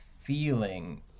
feeling